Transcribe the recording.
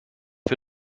für